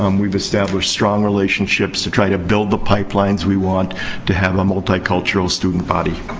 um we've established strong relationships to try to build the pipelines we want to have a multicultural student body.